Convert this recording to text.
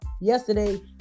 yesterday